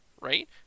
Right